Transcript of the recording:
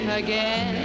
again